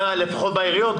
לפחות בעיריות,